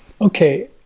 Okay